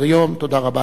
תודה רבה לך.